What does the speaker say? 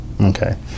okay